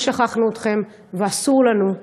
לא שכחנו אתכם, ואסור לנו,